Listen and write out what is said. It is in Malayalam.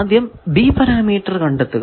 ആദ്യം B പാരാമീറ്റർ കണ്ടെത്തുക